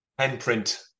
handprint